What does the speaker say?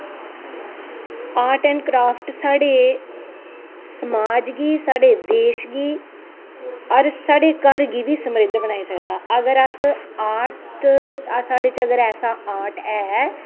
art and craft साढ़े समाज गी साढ़े देश गी होर साढ़े घर गी बी समृद्ध बनाई सकदा अगर अस आर्ट साढ़े च अगर ऐसा आर्ट ऐ